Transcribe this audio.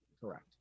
correct